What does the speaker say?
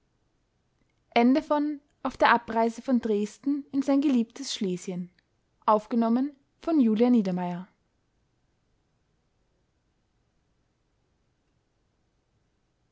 der abreise von dresden in sein geliebtes schlesien